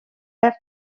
perd